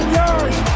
yards